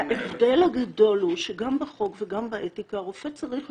ההבדל הגדול הוא שגם בחוק וגם באתיקה רופא צריך,